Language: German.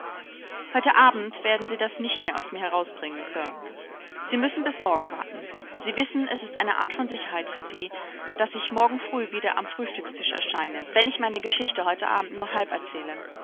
heute abend werden sie das nicht mehr aus mir herausbringen sir sie müssen bis morgen warten sie wissen es ist eine art von sicherheit für sie daß ich morgen früh wieder am frühstückstisch erscheine wenn ich meine geschichte heute abend nur halb erzähle